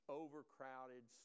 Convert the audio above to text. overcrowded